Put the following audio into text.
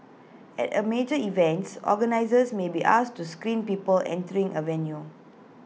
at A major events organisers may be asked to screen people entering A venue